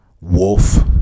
wolf